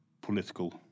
political